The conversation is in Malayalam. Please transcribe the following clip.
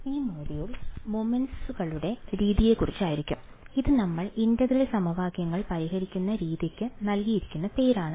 ഈ മൊഡ്യൂൾ മൊമെന്റുകളുടെ രീതിയെക്കുറിച്ചായിരിക്കും ഇത് നമ്മൾ ഇന്റഗ്രൽ സമവാക്യങ്ങൾ പരിഹരിക്കുന്ന രീതിക്ക് നൽകിയിരിക്കുന്ന പേരാണ്